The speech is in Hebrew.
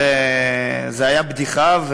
זו הייתה בדיחה,